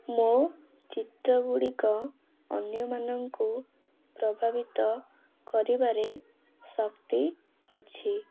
ମୁଁ ଚିତ୍ର ଗୁଡ଼ିକ ଅନ୍ୟ ମାନଙ୍କୁ ପ୍ରଭାବିତ କରିବାରେ ଶକ୍ତି ଅଛି